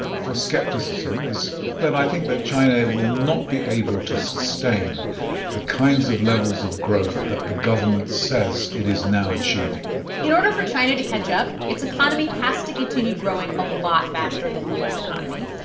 for skepticism is that i think that china will not be able to sustain the kinds of levels of growth that the government says it is now achieving in order for china to catch up, its economy has to continue growing a lot faster than the u s. economy.